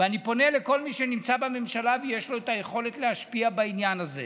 ולכל מי שנמצא בממשלה ויש לו את היכולת להשפיע בעניין הזה: